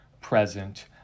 present